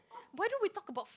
why don't we talk about